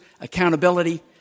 accountability